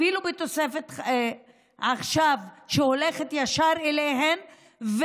אפילו בתוספת שהולכת ישר אליהן עכשיו,